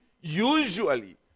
usually